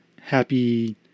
happy